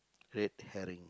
red herring